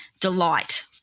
delight